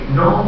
no